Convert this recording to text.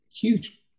huge